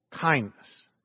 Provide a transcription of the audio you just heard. Kindness